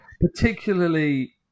particularly